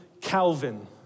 Calvin